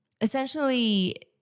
essentially